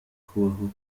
kubaho